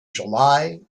july